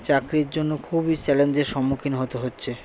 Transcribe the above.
চাকরির জন্য খুবই চ্যালেঞ্জের সম্মুখীন হতে হচ্ছে